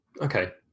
Okay